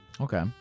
Okay